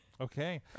Okay